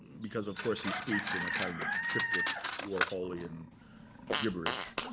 because, of course, he speaks in a kind of cryptic warholian gibberish.